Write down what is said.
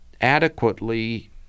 adequately